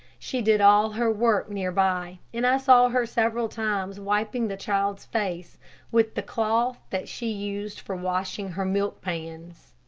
she did all her work near by, and i saw her several times wiping the child's face with the cloth that she used for washing her milk pans.